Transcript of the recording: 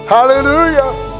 Hallelujah